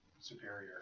superior